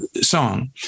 song